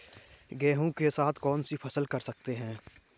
गेहूँ के साथ कौनसी फसल कर सकते हैं?